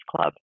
club